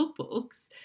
cookbooks